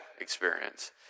experience